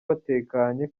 batekanye